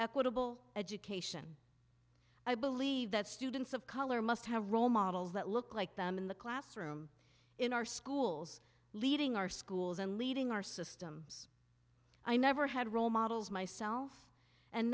equitable education i believe that students of color must have role models that look like them in the classroom in our schools leading our schools and leading our systems i never had role models myself and